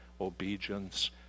obedience